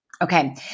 Okay